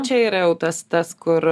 čia yra jau tas tas kur